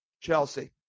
Chelsea